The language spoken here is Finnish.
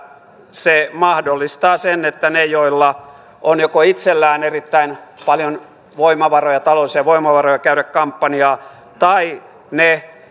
se mahdollistaa sen että ne joilla on joko itsellään erittäin paljon taloudellisia voimavaroja käydä kampanjaa tai ne